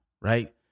Right